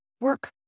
work